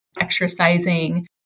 exercising